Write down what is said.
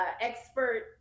expert